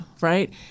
right